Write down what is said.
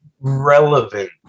relevant